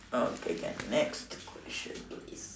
okay can next question please